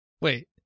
Wait